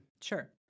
Sure